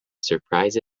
surprise